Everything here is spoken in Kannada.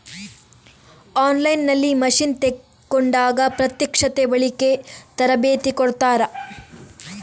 ಆನ್ ಲೈನ್ ನಲ್ಲಿ ಮಷೀನ್ ತೆಕೋಂಡಾಗ ಪ್ರತ್ಯಕ್ಷತೆ, ಬಳಿಕೆ, ತರಬೇತಿ ಕೊಡ್ತಾರ?